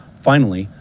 finally,